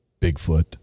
Bigfoot